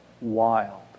wild